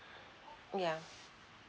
ya